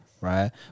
right